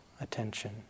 attention